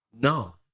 No